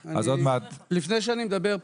לפני שאני מדבר,